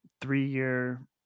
three-year